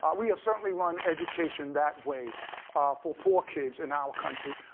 ah we have certainly run education that way for poor kids in our country,